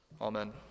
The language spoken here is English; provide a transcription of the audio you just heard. Amen